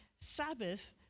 Sabbath